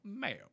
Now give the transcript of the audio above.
Mayo